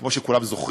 כמו שכולם זוכרים,